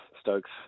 Stokes